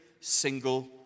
single